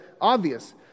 obvious